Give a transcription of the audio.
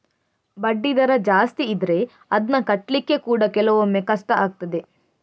ಬಡ್ಡಿ ದರ ಜಾಸ್ತಿ ಇದ್ರೆ ಅದ್ನ ಕಟ್ಲಿಕ್ಕೆ ಕೂಡಾ ಕೆಲವೊಮ್ಮೆ ಕಷ್ಟ ಆಗ್ತದೆ